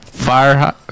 Fire